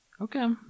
okay